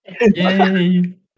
Yay